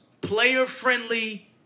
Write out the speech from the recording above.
Player-friendly